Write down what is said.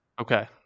Okay